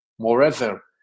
Moreover